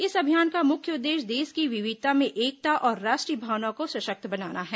इस अभियान का मुख्य उद्देश्य देश की विविधता में एकता और राष्ट्रीय भावना को सशक्त बनाना है